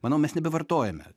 manau mes nebevartojame